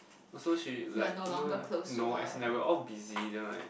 also she like you know no as in like we're all busy then like